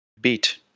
beat